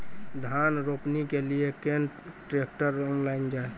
धान रोपनी के लिए केन ट्रैक्टर ऑनलाइन जाए?